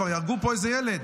יהרגו פה איזה ילד.